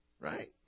Right